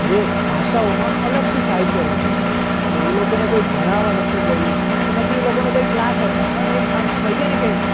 જે ભાષાઓમાં અલગથી સાહિત્ય રચ્યું છે એટલે એ લોકોને કોઈ ભણાવવા નથી ગયું કે નથી એ લોકોને કોઈ ક્લાસ આપ્યા પણ એક આમ કહીએને કે